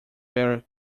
very